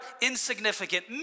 insignificant